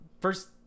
first